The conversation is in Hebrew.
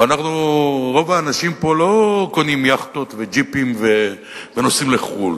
ורוב האנשים פה לא קונים יאכטות וג'יפים ונוסעים לחו"ל.